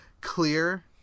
Clear